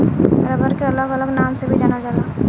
rubber के अलग अलग नाम से भी जानल जाला